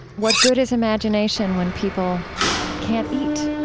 what good is imagination when people can't eat,